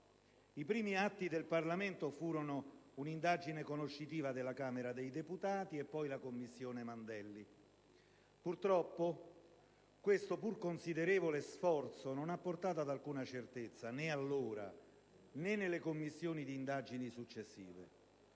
I primi atti del Parlamento furono un'indagine conoscitiva della Camera dei deputati e poi la cosiddetta commissione Mandelli. Purtroppo questo pur considerevole sforzo non ha portato ad alcuna certezza né allora, né nelle Commissioni d'indagine successive.